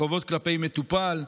חובות כלפי מטופל,